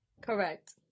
correct